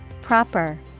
Proper